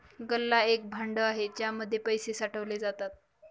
गल्ला एक भांड आहे ज्याच्या मध्ये पैसे साठवले जातात